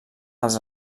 els